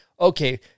okay